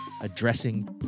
addressing